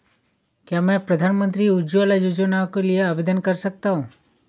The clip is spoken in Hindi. क्या मैं प्रधानमंत्री उज्ज्वला योजना के लिए आवेदन कर सकता हूँ?